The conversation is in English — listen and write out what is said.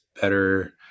better